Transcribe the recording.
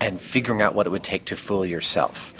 and figuring out what it would take to fool yourself.